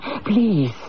Please